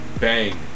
bang